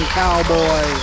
cowboy